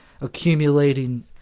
accumulating